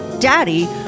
Daddy